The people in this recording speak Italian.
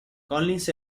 collins